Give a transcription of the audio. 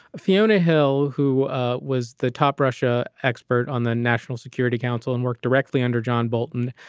fiona hill, who was the top russia expert on the national security council and worked directly under john bolton,